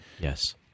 Yes